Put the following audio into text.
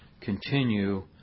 continue